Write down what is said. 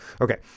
Okay